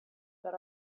that